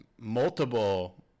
multiple